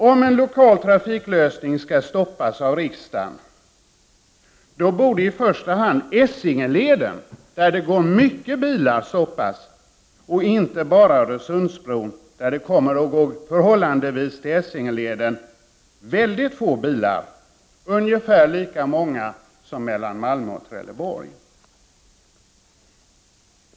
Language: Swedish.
Om en lokal trafiklösning skall stoppas av riksdagen borde man i första hand välja Essingeleden, där det går mycket bilar, inte bara Öresundsbron, där det jämfört med Essingeleden kommer att gå förhållandevis få bilar, ungefär lika många som mellan Malmö och Trelleborg.